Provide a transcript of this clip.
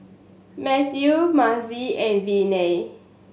Mathew Mazie and Viney